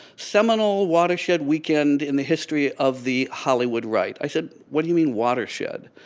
seminal watershed weekend in the history of the hollywood right. i said, what do you mean watershed?